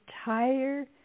entire